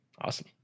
awesome